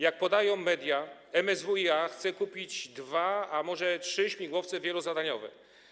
Jak podają media, MSWiA chce kupić dwa, a może trzy śmigłowce wielozadaniowe.